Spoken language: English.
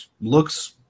looks